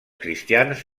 cristians